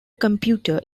computer